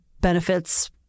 Benefits